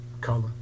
color